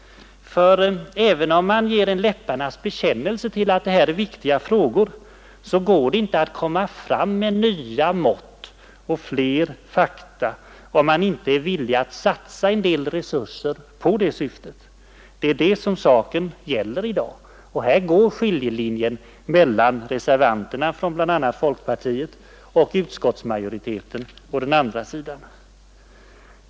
Även om man ger en läpparnas bekännelse till att detta är viktiga frågor, går det inte att komma fram med nya mått och flera fakta, om man inte är villig att satsa en del resurser för detta syfte. Det är detta saken gäller i dag, och här går skiljelinjen mellan reservanterna från bl.a. folkpartiet å ena sidan och utskottsmajoriteten å den andra.